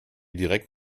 direkt